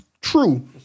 True